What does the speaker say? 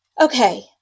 Okay